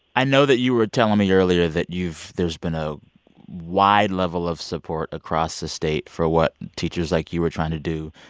i know that you were telling me earlier that you've there's been a wide level of support across the state for what teachers like you are trying to do.